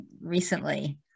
recently